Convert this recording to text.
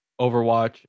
Overwatch